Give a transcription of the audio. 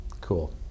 Cool